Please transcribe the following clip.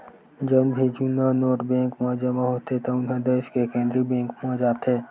जउन भी जुन्ना नोट बेंक म जमा होथे तउन ह देस के केंद्रीय बेंक म जाथे